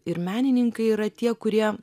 ir menininkai yra tie kurie